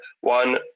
One